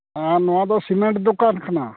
ᱦᱮᱸ ᱱᱚᱣᱟ ᱫᱚ ᱥᱤᱢᱮᱱᱴ ᱫᱚᱠᱟᱱ ᱠᱟᱱᱟ